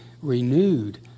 renewed